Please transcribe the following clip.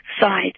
side